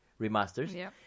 remasters